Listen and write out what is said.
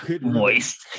Moist